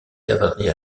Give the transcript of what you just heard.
cavalerie